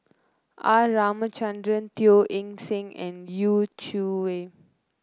R Ramachandran Teo Eng Seng and Yu Zhuye